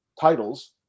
titles